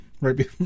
right